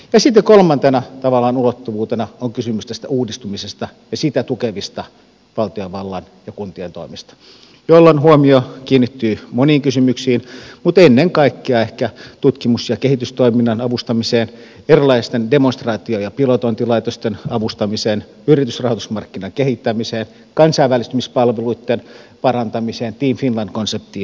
sitten tavallaan kolmantena ulottuvuutena on kysymys tästä uudistumisesta ja sitä tukevista valtiovallan ja kuntien toimista jolloin huomio kiinnittyy moniin kysymyksiin mutta ennen kaikkea ehkä tutkimus ja kehitystoiminnan avustamiseen erilaisten demonstraatio ja pilotointilaitosten avustamiseen yritysrahoitusmarkkinan kehittämiseen kansainvälistymispalveluitten parantamiseen team finland konseptiin ja niin edelleen